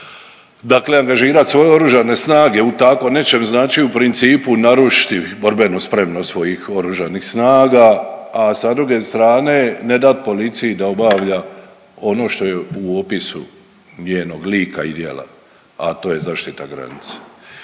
Dakle, angažirat svoje oružane snage u tako nečem znači u principu narušiti borbenu spremnost svojih oružanih snaga, a sa druge strane ne dat policiji da obavlja ono što je u opisu njenog lika i djela, a to je zaštita granice.